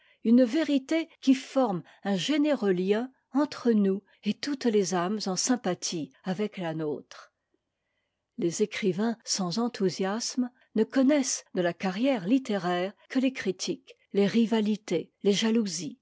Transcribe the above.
une vérité qui forme un généreux lien entre nous et toutes les âmes en sympathie avec la nôtre les écrivains sans enthousiasme ne connaissent de la carrière littéraire que les critiques les rivalités les jalousies